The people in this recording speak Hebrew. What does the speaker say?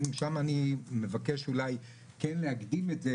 שם אני מבקש אולי להקדים את זה,